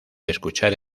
escuchar